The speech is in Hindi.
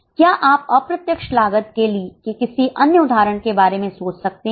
क्या आप अप्रत्यक्ष लागत के किसी अन्य उदाहरण के बारे में सोच सकते हैं